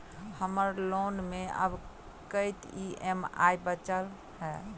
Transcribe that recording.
हम्मर लोन मे आब कैत ई.एम.आई बचल ह?